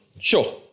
Sure